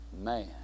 man